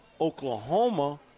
Oklahoma